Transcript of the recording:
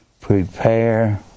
prepare